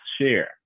share